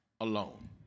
alone